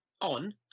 on